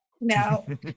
No